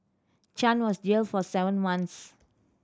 Chan was jailed for seven months